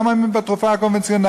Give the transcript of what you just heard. אני לא מאמין בתרופה הקונבנציונלית.